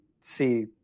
see